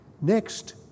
Next